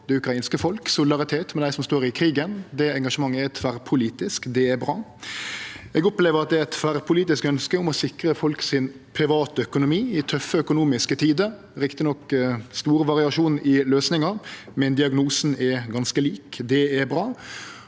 det ukrainske folk og solidaritet med dei som står i krigen. Det engasjementet er tverrpolitisk. Det er bra. Eg opplever at det er eit tverrpolitisk ønske om å sikre folk sin privatøkonomi i tøffe økonomiske tider. Det er rett nok stor variasjon i løysingar, men diagnosen er ganske lik. Det er bra.